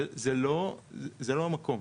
זה לא המקום.